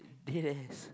yes